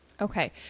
Okay